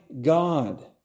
God